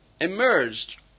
emerged